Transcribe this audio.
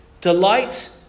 Delight